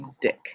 dick